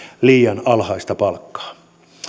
liian alhaista palkkaa